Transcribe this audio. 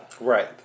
Right